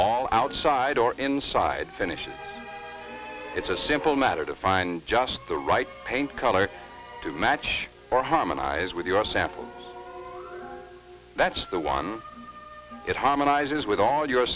all outside or inside finish and it's a simple matter to find just the right paint color to match or harmonize with your sample that's the one it harmonizes with all your